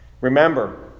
Remember